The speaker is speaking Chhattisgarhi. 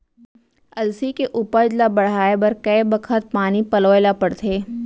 अलसी के उपज ला बढ़ए बर कय बखत पानी पलोय ल पड़थे?